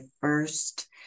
first